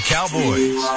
Cowboys